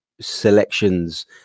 selections